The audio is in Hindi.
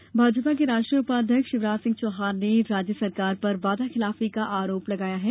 शिवराज भाजपा के राष्ट्रीय उपाध्यक्ष शिवराज सिंह चौहान ने राज्य सरकार पर वादाखिलाफी का आरोप लगाया है